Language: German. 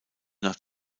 nach